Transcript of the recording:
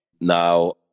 Now